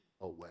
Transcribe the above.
away